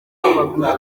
w’amaguru